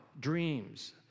dreams